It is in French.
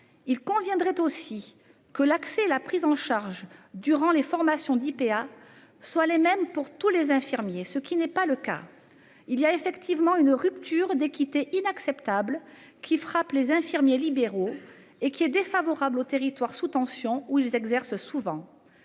Il conviendrait aussi que l'accès, la prise en charge durant les formations d'IPA soient les mêmes pour tous les infirmiers, ce qui n'est pas le cas il y a effectivement une rupture d'équité inacceptable qui frappe les infirmiers libéraux et qui est défavorable aux territoires sous tension où ils exercent souvent.